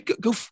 go